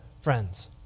friends